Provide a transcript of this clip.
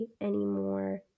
anymore